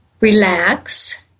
relax